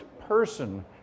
person